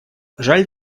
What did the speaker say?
жаль